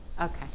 Okay